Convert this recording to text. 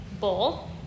bowl